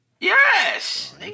Yes